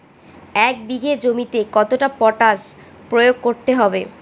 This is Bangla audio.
এক বিঘে জমিতে কতটা পটাশ প্রয়োগ করতে হবে?